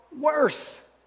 worse